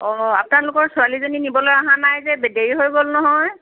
অঁ আপনালোকৰ ছোৱালীজনী নিবলৈ অহা নাই যে বে দেৰি হৈ গ'ল নহয়